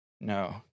no